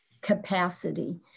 capacity